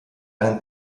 einen